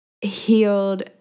healed